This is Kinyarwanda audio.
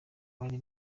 bari